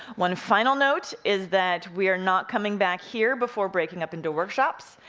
one final note is that we're not coming back here before breaking up into workshops,